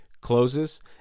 closes